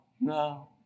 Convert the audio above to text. no